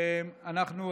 אנחנו,